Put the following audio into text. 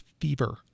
fever